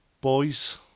boys